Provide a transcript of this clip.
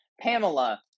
Pamela